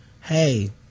hey